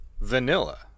vanilla